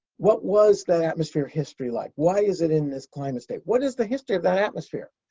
what was that atmosphere history like? why is it in this climate state? what is the history of that atmosphere?